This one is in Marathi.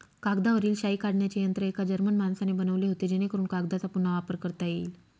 कागदावरील शाई काढण्याचे यंत्र एका जर्मन माणसाने बनवले होते जेणेकरून कागदचा पुन्हा वापर करता येईल